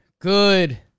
Good